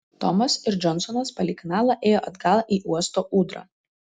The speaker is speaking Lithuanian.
tomas ir džonsonas palei kanalą ėjo atgal į uosto ūdrą